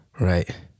Right